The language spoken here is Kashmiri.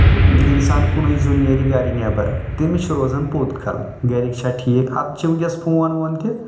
اِنسان کُنُے زُن نیٚرِ گرِ نیٚبر تٔمِس چھ روزان بوٚت کَل گرِکۍ چھا ٹھیٖک اَدٕ چھِ ؤنٛکیٚس فون وون تہِ